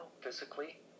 physically